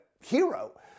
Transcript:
hero